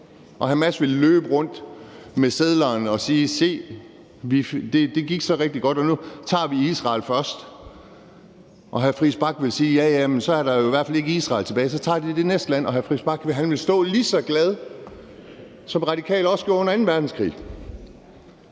Hamas ville løbe rundt med sedlerne og sige: Se, det gik rigtig godt, og nu tager vi Israel først. Og hr. Christian Friis Bach ville sige: Ja, ja, så er der i hvert fald ikke Israel tilbage. Så tager de det næste land, og hr. Christian Friis Bach ville stå lige så glad, som Radikale også gjorde under anden verdenskrig.